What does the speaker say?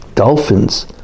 Dolphins